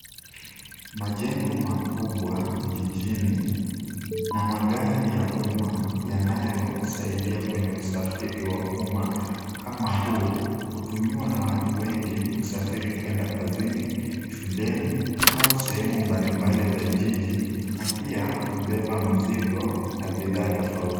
Majengo makubwa jijini na magari ya umma yanayosaidia kwenye usafiri wa umma kama huu, utumiwa na watu wengi kusafiri kwenda kazini, shuleni au sehemu mbalimbali za jiji na pia kubeba mzigo na bidhaa tofauti.